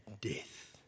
death